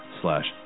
slash